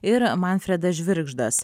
ir manfredas žvirgždas